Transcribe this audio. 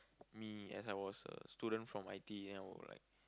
me as I was a student from I_T_E and I will like